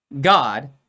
God